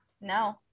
No